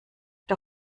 der